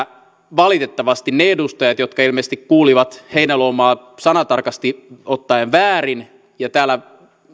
valitettavasti ne edustajat jotka ilmeisesti kuulivat heinäluomaa sanatarkasti ottaen väärin ja joista täällä